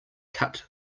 cut